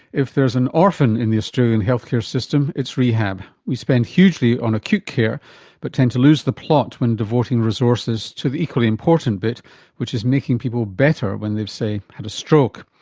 if there's an orphan in the australian healthcare system it's rehab. we spend hugely on acute care but tend to lose the plot when devoting resources to the equally important bit which is making people better when they've say, had a stroke.